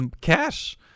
cash